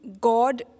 God